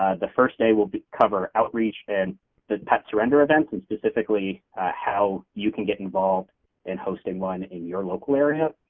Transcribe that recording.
ah the first day will cover outreach and the pet surrender events and specifically how you can get involved in hosting one in your local area,